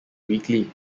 weekly